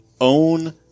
own